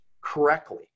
correctly